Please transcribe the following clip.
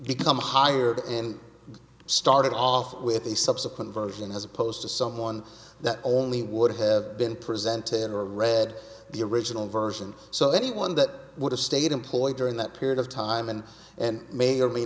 become hired him started off with a subsequent version as opposed to someone that only would have been presented or read the original version so anyone that would have stayed employed during that period of time and and may or may